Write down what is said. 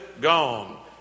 gone